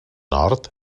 nord